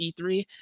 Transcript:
E3